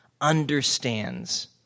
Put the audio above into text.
understands